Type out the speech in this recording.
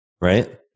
right